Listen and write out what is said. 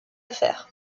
affaire